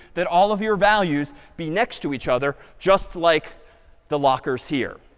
that all of your values be next to each other, just like the lockers here.